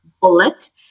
bullet